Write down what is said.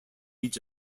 age